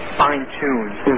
fine-tuned